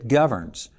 governs